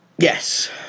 Yes